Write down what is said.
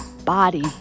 body